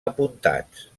apuntats